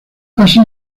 así